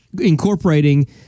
incorporating